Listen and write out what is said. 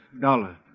Dollar